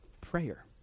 prayer